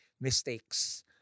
mistakes